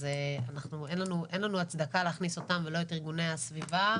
אז אין לנו הצדקה להכניס אותם ולא את ארגוני הסביבה.